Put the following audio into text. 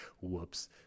Whoops